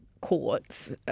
courts